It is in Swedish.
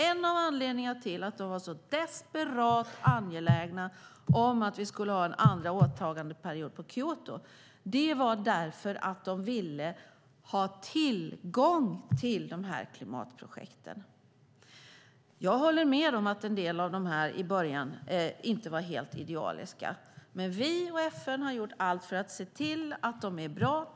En av anledningarna till att de var så desperat angelägna om att vi skulle ha en andra åtagandeperiod på Kyotoprotokollet var för att de ville ha tillgång till de här klimatprojekten. Jag håller med om att en del av dem i början inte var helt idealiska, men vi och FN har gjort allt för att se till att de är bra.